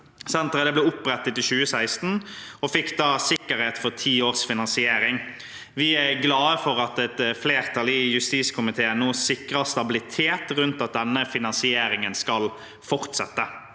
Senteret ble opprettet i 2016 og fikk da sikkerhet for ti års finansiering. Vi er glade for at et flertall i justiskomiteen nå sikrer stabilitet rundt at denne finansieringen skal fortsette.